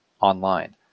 online